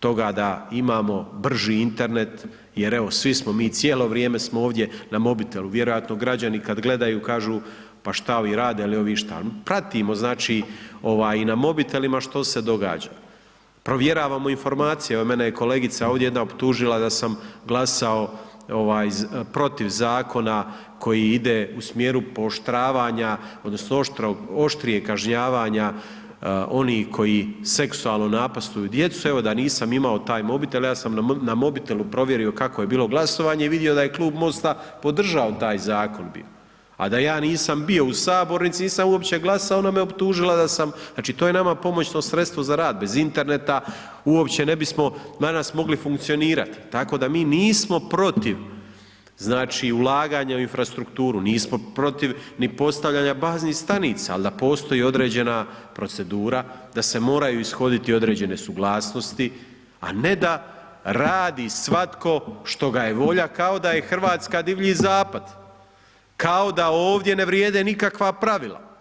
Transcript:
toga da imamo brži Internet jer evo svi smo mi, cijelo vrijeme smo ovdje na mobitelu, vjerojatno građani kad gledaju kažu, pa šta ovi rade, jel ovi išta, pratimo, znači, i na mobitelima što se događa, provjeravamo informacije, evo mene je kolegica ovdje jedna optužila da sam glasao protiv zakona koji ide u smjeru pooštravanja odnosno oštrijeg kažnjavanja onih koji seksualno napastvuju djecu, evo da nisam imao taj mobitel, ja sam na mobitelu provjerio kako je bilo glasovanje i vidio da je Klub MOST-a podržao taj zakon bio, a da ja nisam bio u sabornici i nisam uopće glasao, ona me optužila da sam, znači, to je nama pomoćno sredstvo za rad, bez interneta uopće ne bismo danas mogli funkcionirati, tako da mi nismo protiv, znači, ulaganja u infrastrukturu, nismo protiv ni protiv postavljanja baznih stanica, al da postoji određena procedura da se moraju ishoditi određene suglasnosti, a ne da radi svatko što ga je volja kao da je RH divlji zapad, kao da ovdje ne vrijede nikakva pravila.